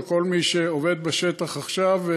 לכל מי שעובד בשטח עכשיו,